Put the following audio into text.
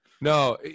No